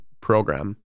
program